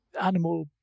animal